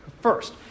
first